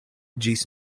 ĝis